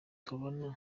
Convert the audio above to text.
tubona